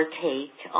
take